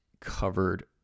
covered